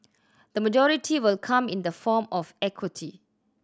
the majority will come in the form of equity